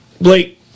Blake